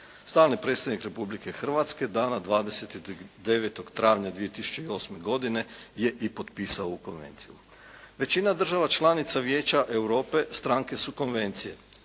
Stalni predstavnik Republike Hrvatske dana 29. travnja 2008. godine je i potpisao ovu konvenciju. Većina država članica Vijeća Europe stranke su konvencije.